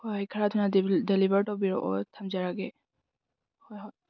ꯍꯣꯏ ꯈꯔ ꯊꯨꯅ ꯗꯦꯂꯤꯚꯔ ꯇꯧꯕꯤꯔꯛꯑꯣ ꯊꯝꯖꯔꯒꯦ ꯍꯣꯏ ꯍꯣꯏ